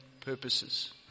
purposes